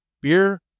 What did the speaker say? beer